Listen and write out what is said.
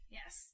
yes